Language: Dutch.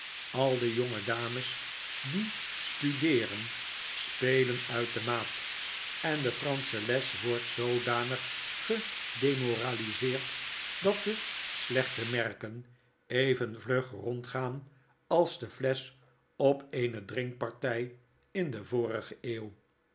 al de jonge dames die studeeren spelen uit de maat en de fransche les wordt zoodanig gedemoraliseerd dat de slechte merken even vlug rondgaan als de flesch op eene drinkparty in de vorige eeuw